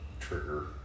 trigger